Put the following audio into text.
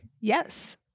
Yes